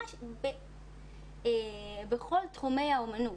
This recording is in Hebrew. ממש בכל תחומי האומנות,